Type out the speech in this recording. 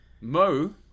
Mo